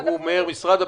הוא אומר משרד הבריאות,